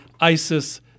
ISIS